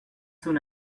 soon